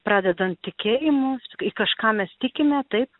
pradedant tikėjimu į kažką mes tikime taip